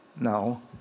No